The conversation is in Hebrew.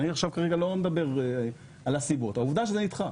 אני לא מדבר כרגע על הסיבות, העובדה שזה נדחה.